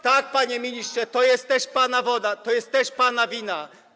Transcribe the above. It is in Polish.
Tak, panie ministrze, to jest też pana woda, to jest też pana wina.